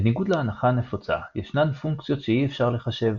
בניגוד להנחה נפוצה, ישנן פונקציות שאי אפשר לחשב.